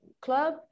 club